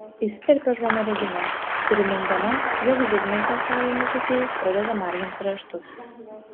įsiterpia žmona regina primindama jog zigmas dar saulei netekėjus pradeda marginti raštus